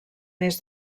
mes